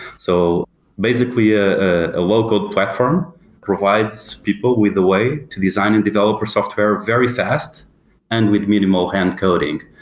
so basically, ah ah a local platform provides people with a way to design and develop a software very fast and with minimal hand-coding.